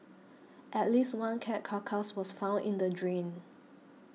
at least one cat carcass was found in the drain